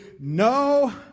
No